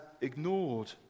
ignored